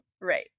Right